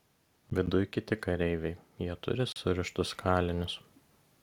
viduj kiti kareiviai jie turi surištus kalinius